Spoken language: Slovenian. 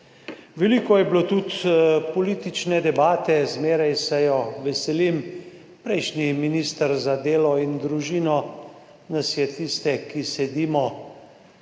Veliko je bilo tudi politične debate, zmeraj se je veselim, prejšnji minister za delo in družino nas je tiste, ki sedimo